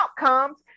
outcomes